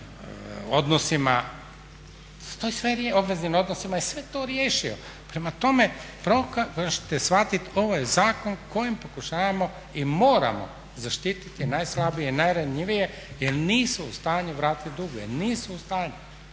ovrsi, Zakon o obveznim odnosima je sve to riješio. Prema tome, probajte shvatiti ovo je zakon kojim pokušavamo i moramo zaštititi najslabije i najranjivije jel nisu u stanju vratiti dug, jer nisu u stanju.